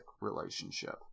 relationship